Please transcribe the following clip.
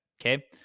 Okay